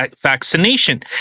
vaccination